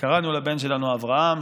וקראנו לבן שלנו אברהם,